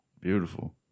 Beautiful